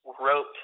wrote